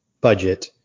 budget